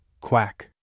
Quack